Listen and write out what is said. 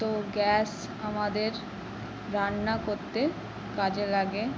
তো গ্যাস আমাদের রান্না করতে কাজে লাগে